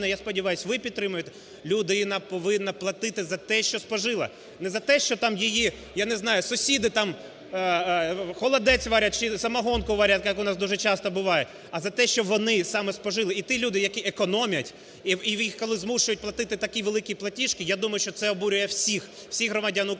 я сподіваюся, ви підтримуєте, людина повинна платити за те, що спожила. Не за те, що там її, я не знаю, сусіди там холодець варять чи самогонку варять, як у нас дуже часто буває. А за те, що вони саме спожили і ті люди, які економлять і їх коли змушують платити такі великі платіжки, я думаю, що це обурює всіх, всіх громадян України.